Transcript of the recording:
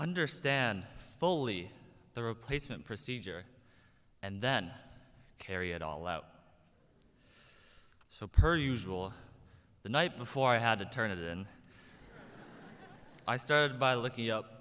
understand fully the replacement procedure and then carry it all out so per usual the night before i had to turn it in i started by looking up